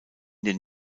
den